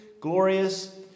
glorious